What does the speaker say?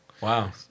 Wow